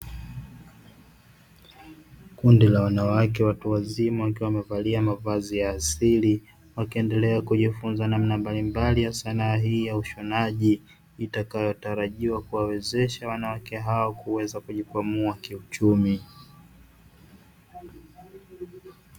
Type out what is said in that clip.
Kundi la wanawake watu wazima wakiwa wamevalia mavazi ya asili, wakiendelea kujifunza namna mbalimbali ya sanaa hii ya ushonaji itakayotarajiwa kuwawezesha wanawake hao kuweza kujikwamua kiuchumi.